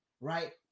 right